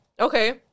okay